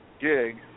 gig